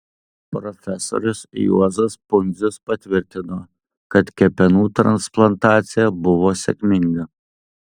profesorius juozas pundzius patvirtino kad kepenų transplantacija buvo sėkminga